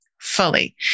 fully